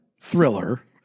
thriller